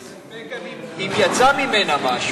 בספק גם אם יצא ממנה משהו.